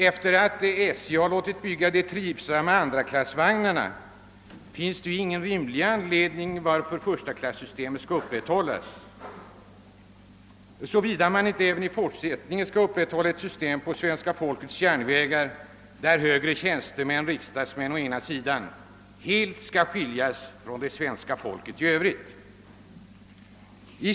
Efter det att SJ låtit bygga de nva trivsamma andraklassvagnarna finns det ingen rimlig anledning till att förstaklassystemet skall upprätthållas, såvida man inte i forsättningen skall behålla ett system på svenska folkets järnvägar, där å ena sidan riksdagsmän och högre tjänstemän och å andra sidan svenska folket i övrigt skall skiljas åt.